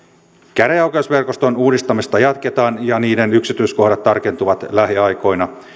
käräjäoikeusverkoston uudistamista jatketaan ja niiden yksityiskohdat tarkentuvat lähiaikoina